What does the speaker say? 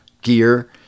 gear